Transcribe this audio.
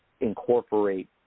incorporate